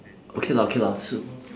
okay lah okay lah